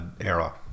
era